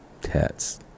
Tats